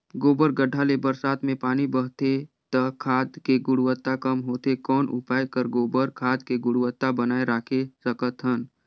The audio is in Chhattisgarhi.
गोबर गढ्ढा ले बरसात मे पानी बहथे त खाद के गुणवत्ता कम होथे कौन उपाय कर गोबर खाद के गुणवत्ता बनाय राखे सकत हन?